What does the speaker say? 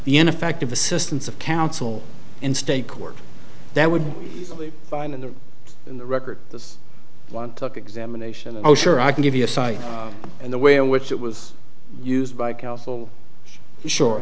the ineffective assistance of counsel in state court that would be fine in the in the record this one took examination oh sure i can give you a cite and the way in which it was used by counsel sure